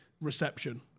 reception